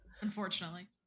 Unfortunately